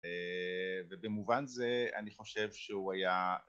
ובמובן זה אני חושב שהוא היה